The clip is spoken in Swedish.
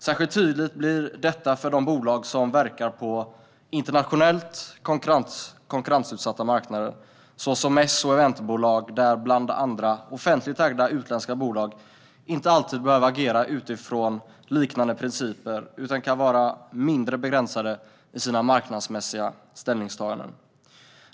Särskilt tydligt blir detta för de bolag som verkar på internationellt konkurrensutsatta marknader såsom mäss och eventmarknaden, där bland andra offentligt ägda utländska bolag inte alltid behöver agera utifrån liknande principer utan kan vara mindre begränsade i sina marknadsmässiga ställningstaganden.